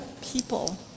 people